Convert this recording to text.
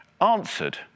answered